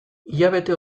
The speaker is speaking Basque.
hilabete